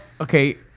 okay